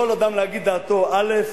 יכול אדם להגיד דעתו א',